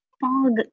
Fog